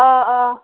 آ آ